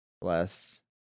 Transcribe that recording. Bless